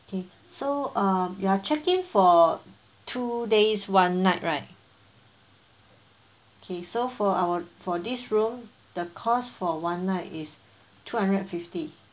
okay so uh you are check in for two days one night right okay so for our for this room the cost for one night is two hundred and fifty